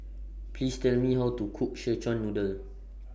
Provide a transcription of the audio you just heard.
Please Tell Me How to Cook Szechuan Noodle